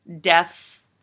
deaths